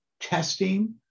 testing